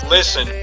Listen